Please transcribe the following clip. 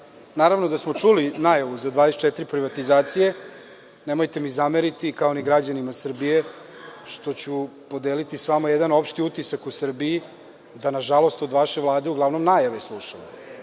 naravno da smo čuli najavu za 24 privatizacije, nemojte mi zameriti kao ni građanima Srbije što ću podeliti sa vama jedan opšti utisak u Srbiji, da nažalost od vaše Vlade samo najave slušamo.